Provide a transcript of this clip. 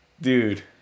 Dude